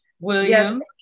William